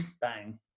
bang